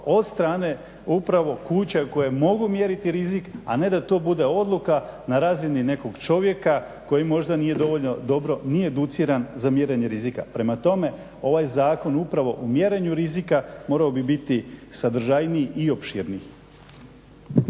od strane upravo kuća koje mogu mjeriti rizik, a ne da to bude odluka na razini nekog čovjeka koji možda nije dovoljno dobro ni educiran za mjerenje rizika. Prema tome, ovaj zakon upravo u mjerenju rizika morao bi biti sadržajniji i opširniji.